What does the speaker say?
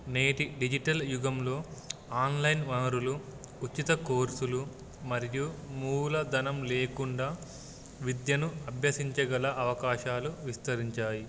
నేటి డిజిటల్ యుగంలో ఆన్లైన్ వనరులు ఉచిత కోర్సులు మరియు మూలధనం లేకుండా విద్యను అభ్యసించగల అవకాశాలు విస్తరించాయి